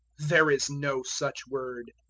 there is no such word.